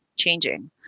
changing